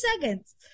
seconds